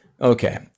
okay